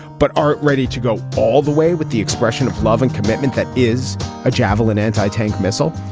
but are ready to go all the way with the expression of love and commitment, that is a javelin anti-tank missile.